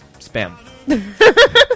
Spam